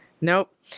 nope